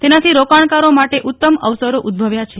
તેનાથી રોકારણકારો માટે ઉત્તમ અવસરો ઉદભવ્યા છે